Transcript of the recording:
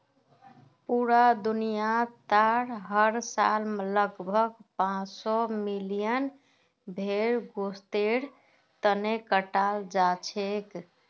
पूरा दुनियात हर साल लगभग पांच सौ मिलियन भेड़ गोस्तेर तने कटाल जाछेक